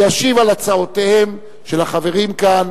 ישיב על הצעותיהם של החברים כאן